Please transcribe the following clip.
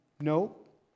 Nope